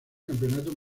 campeonato